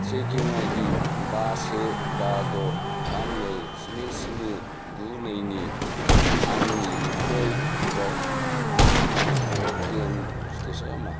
trekking I D बा से बा द' थाम नै स्नि स्नि गु नै नि आंनि इउ पि एफ अ आव क्लेइम स्टेटासा मा